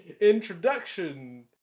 introduction